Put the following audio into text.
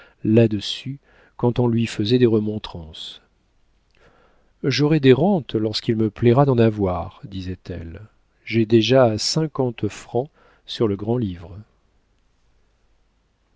là-dessus quand on lui faisait des remontrances j'aurai des rentes lorsqu'il me plaira d'en avoir disait-elle j'ai déjà cinquante francs sur le grand-livre